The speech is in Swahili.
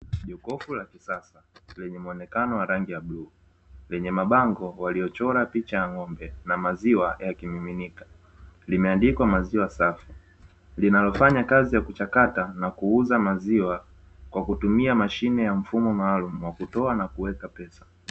Jokofu la kisasa lenye muonekano wa rangi ya bluu, lenye mabango waliyochora picha ya ng’ombe na maziwa yakimiminika, limeandikwa maziwa safi. Linalo fanya kazi ya kuchakata na kuuza maziwa kwa kutumia mashine ya mfumo maalumu wa kutoa na kuweka pesa.